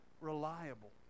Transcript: reliable